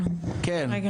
כדי לעשות את זה, אני צריך